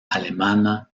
alemana